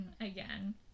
again